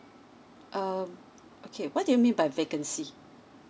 um okay what do you mean by vacancy